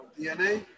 DNA